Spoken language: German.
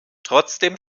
trotzdem